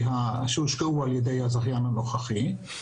שהושקעו על ידי הזכיין הנוכחי.